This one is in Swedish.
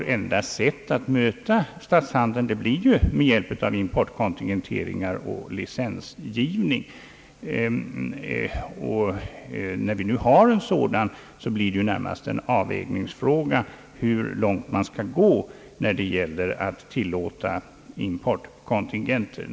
Det enda sättet för oss att möta en dylik statshandel är att tillgripa importkontingenter och licensgivning. Det blir då närmast en avvägningsfråga hur långt vi skall gå i beviljandet av importkontingenter.